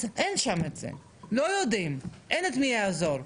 אז אין שם את זה, לא יודעים, אין מי שיעזור.